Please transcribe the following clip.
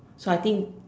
so I think